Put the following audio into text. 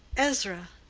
ezra,